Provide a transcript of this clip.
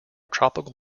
tropical